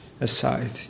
aside